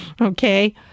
okay